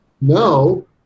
No